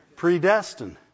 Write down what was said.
predestined